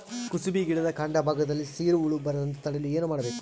ಕುಸುಬಿ ಗಿಡದ ಕಾಂಡ ಭಾಗದಲ್ಲಿ ಸೀರು ಹುಳು ಬರದಂತೆ ತಡೆಯಲು ಏನ್ ಮಾಡಬೇಕು?